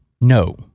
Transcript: No